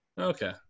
Okay